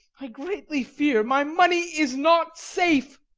i greatly fear my money is not safe.